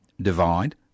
divide